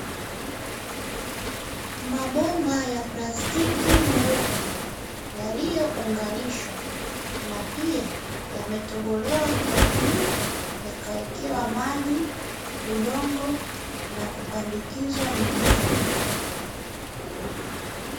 Mabomba ya plastiki meupe yaliyounganishwa. Na pia yametobolewa kwa juu, yakawekewa maji, udongo na kupandikizwa mimea.